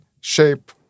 shape